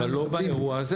אבל לא באירוע הזה,